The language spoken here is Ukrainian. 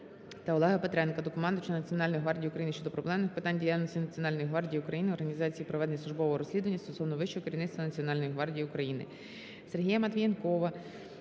Олега Петренка до командувача Національної гвардії України щодо проблемних питань діяльності Національної гвардії України, організації проведення службового розслідування стосовно вищого керівництва Національної гвардії України.